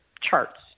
charts